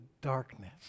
darkness